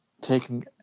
taking